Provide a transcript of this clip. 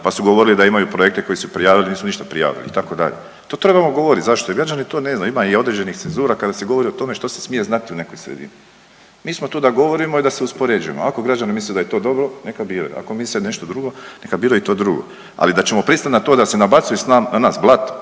pa su govorili da imaju projekte koje su prijavili, nisu ništa prijavili itd. to trebamo govorit. Zašto? Jer građani to ne znaju, ima i određenih cenzura kada se govori o tome što se smije znati u nekoj sredini. Mi smo tu da govorimo i da se uspoređujemo, ako građani misle da je to dobro neka biraju, ako misle nešto drugo neka biraju to drugo, ali da ćemo pristat na to da se nabacuju na nas blato,